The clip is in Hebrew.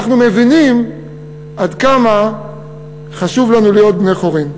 אנחנו מבינים עד כמה חשוב לנו להיות בני-חורין.